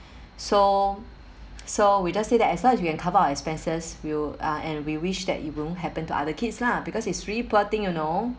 so so we just say that as long as you can cover our expenses we'll uh and we wish that it won't happen to other kids lah because it's really poor thing you know